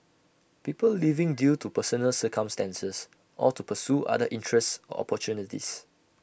people leaving due to personal circumstances or to pursue other interests or opportunities